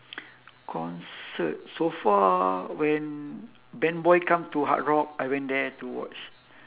concert so far when band boy come to hard rock I went there to watch